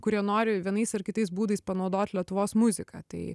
kurie nori vienais ar kitais būdais panaudot lietuvos muziką tai